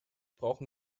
brauchen